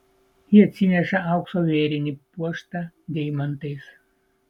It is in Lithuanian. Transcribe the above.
ji atsineša aukso vėrinį puoštą deimantais